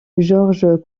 georges